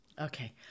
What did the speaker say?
Okay